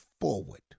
forward